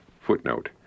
Footnote